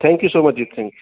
thank you so much ਜੀ thank you